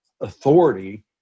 authority